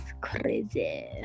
crazy